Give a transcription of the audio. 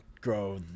grow